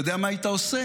אתה יודע מה היית עושה?